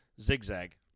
Zigzag